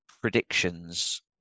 predictions